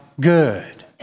good